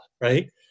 right